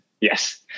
Yes